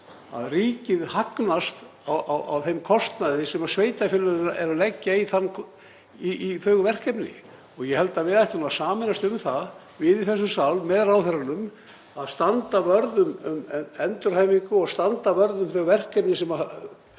að ríkið hagnast á þeim kostnaði sem sveitarfélögin leggja í þau verkefni. Ég held að við ættum að sameinast um það, við í þessum sal, með ráðherranum, að standa vörð um endurhæfingu og standa vörð um verkefni sem